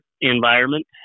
environment